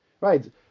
Right